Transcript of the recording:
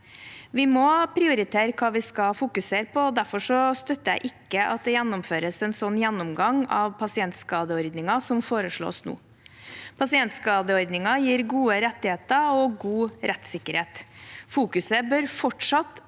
Vi må prioritere hva vi skal fokusere på, og derfor støtter jeg ikke at det gjennomføres en slik gjennomgang av pasientskadeordningen som foreslås nå. Pasientskadeordningen gir gode rettigheter og god rettssikkerhet. Fokuset bør fortsatt